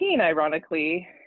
ironically